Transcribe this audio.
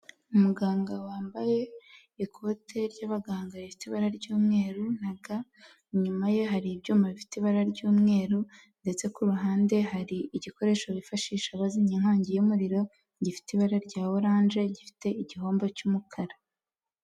Umuganga wambaye ikote ry'abaganga rifite ibara ry'umweru na ga, inyuma ye hari ibyuma bifite ibara ry'umweru ndetse ku ruhande hari igikoresho bifashisha bazimya inkongi y'umuriro gifite ibara rya oranje gifite igihombo cy'umukara.